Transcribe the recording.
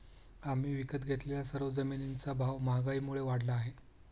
आम्ही विकत घेतलेल्या सर्व जमिनींचा भाव महागाईमुळे वाढला आहे